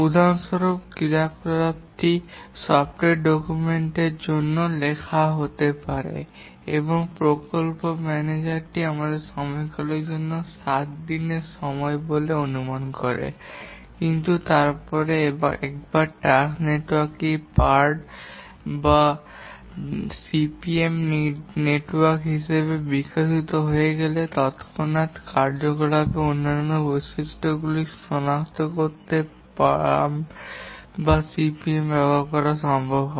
উদাহরণস্বরূপ ক্রিয়াকলাপটি software documentation লেখার জন্য হতে পারে এবং প্রকল্প ম্যানেজার আমাদের সময়কালের জন্য 7 দিনের সময় বলে অনুমান করে কিন্তু তারপরে একবার টাস্ক নেটওয়ার্কটি পার্ট সিপিএম নেটওয়ার্ক হিসাবে বিকশিত হয়ে গেলে তত্ক্ষণাত কার্যকলাপের অন্যান্য বৈশিষ্ট্যগুলি সনাক্ত করতে পার্ট সিপিএম ব্যবহার করা সম্ভব হয়